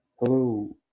Hello